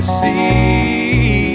see